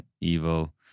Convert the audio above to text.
evil